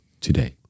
today